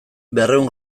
berrehun